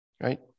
right